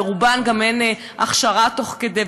לרובן גם אין הכשרה תוך כדי,